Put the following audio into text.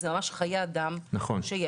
זה ממש חיי אדם שיש,